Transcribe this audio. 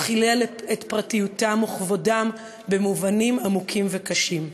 הוא חילל את פרטיותם וכבודם במובנים עמוקים וקשים.